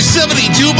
72